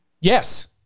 Yes